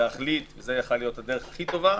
להחליט זאת הייתה יכולה להיות הדרך הכי טובה,